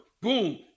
boom